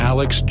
Alex